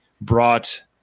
brought